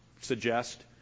suggest